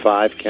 Five